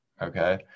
okay